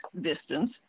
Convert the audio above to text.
distance